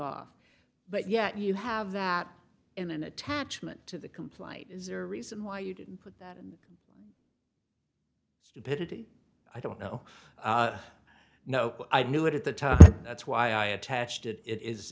off but yet you have that in an attachment to the complaint is there a reason why you didn't put that stupidity i don't know no i knew it at the time that's why i attached it it is